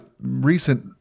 recent